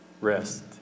Rest